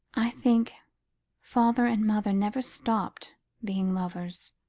i think father and mother never stopped being lovers,